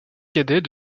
cadet